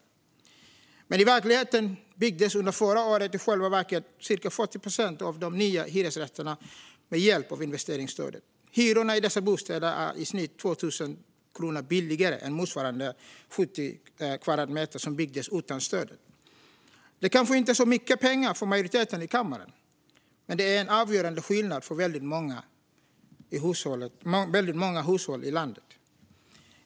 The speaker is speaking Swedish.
Under förra året byggdes i själva verket cirka 40 procent av de nya hyresrätterna med hjälp av investeringsstödet. Hyrorna i dessa bostäder är i snitt 2 000 kronor lägre för 70 kvadratmeter än i motsvarande bostäder som byggdes utan stödet. Det kanske inte är så mycket pengar för majoriteten i kammaren, men det innebär en avgörande skillnad för väldigt många hushåll i landet.